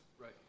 Right